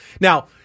Now